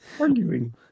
arguing